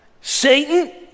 Satan